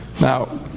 Now